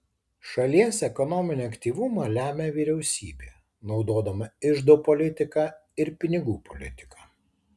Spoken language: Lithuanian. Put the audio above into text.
šalies ekonominį aktyvumą lemia vyriausybė naudodama iždo politiką ir pinigų politiką